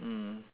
mm